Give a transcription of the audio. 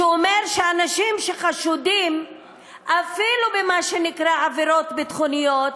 שאומר שאנשים שחשודים אפילו במה שנקרא עבירות ביטחוניות,